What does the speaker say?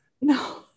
No